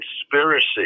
conspiracy